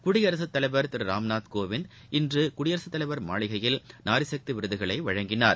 குடியரசுதலைவர் திருராம்நாத் கோவிந்த் இன்றுகுடியரசுதலைவர் மாளிகையில் நாரிசக்திவிருதுகளைவழங்கினார்